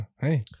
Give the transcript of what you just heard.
hey